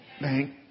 Thank